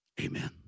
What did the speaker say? Amen